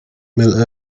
mail